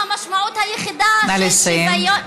והמשמעות היחידה של שוויון,